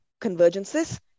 convergences